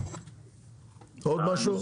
עוד משהו?